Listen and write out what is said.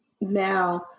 Now